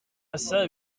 passa